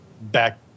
back